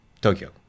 Tokyo